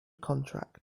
contract